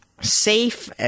safe